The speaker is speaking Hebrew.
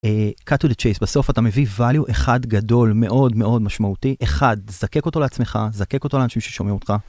בסוף אתה מביא value אחד גדול מאוד מאוד משמעותי, אחד. זקק אותו לעצמך, זקק אותו לאנשים ששומעים אותך.